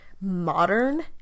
modern